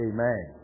Amen